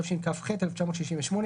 התשכ"ח-1968,